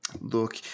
Look